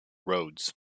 roads